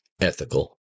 ethical